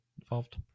involved